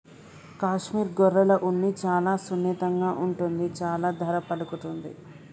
కాశ్మీర్ గొర్రెల ఉన్ని చాలా సున్నితంగా ఉంటుంది చాలా ధర పలుకుతుంది